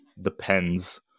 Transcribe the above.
depends